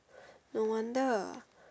no wonder